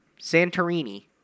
Santorini